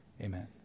Amen